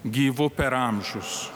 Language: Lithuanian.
gyvu per amžius